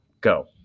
go